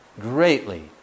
greatly